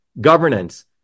governance